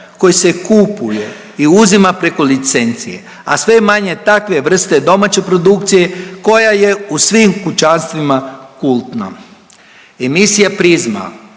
koji se kupuje i uzima preko licencije, a sve manje je takve vrste domaće produkcije koja je u svim kućanstvima kultna. Emisija „Prizma“